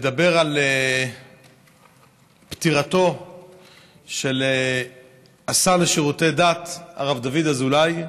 ולדבר על פטירתו של השר לשירותי דת הרב דוד אזולאי.